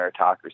meritocracy